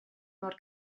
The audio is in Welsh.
mor